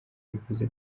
bivuze